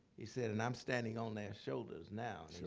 he said. and i'm standing on their shoulders now.